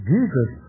Jesus